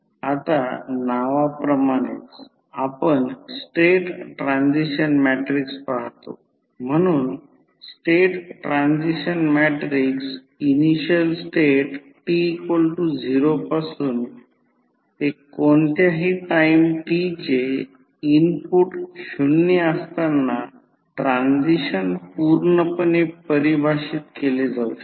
आता नावाप्रमाणेच आपण स्टेट ट्रान्सिशन मॅट्रिक्स पाहतो म्हणून state transition matrix initial state t0 पासून ते कोणत्याही टाईम t चे इनपुट शून्य असताना ट्रान्सिशन पूर्णपणे परिभाषित केले जाऊ शकते